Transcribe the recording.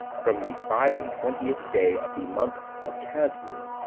from the five and twentieth day of the month of casleu,